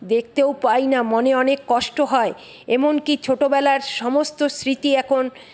দেখতেও পাই না মনে অনেক কষ্ট হয় এমনকি ছোটোবেলার সমস্ত স্মৃতি এখন